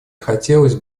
хотелось